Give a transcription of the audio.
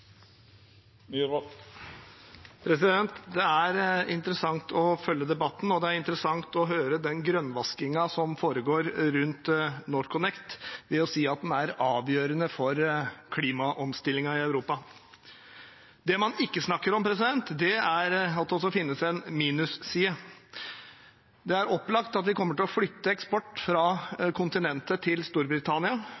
interessant å høre den grønnvaskingen som foregår rundt NorthConnect ved å si at den er avgjørende for klimaomstillingen i Europa. Det man ikke snakker om, er at det også finnes en minusside. Det er opplagt at vi kommer til å flytte eksport fra